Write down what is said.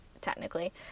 technically